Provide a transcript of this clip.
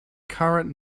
current